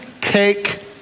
take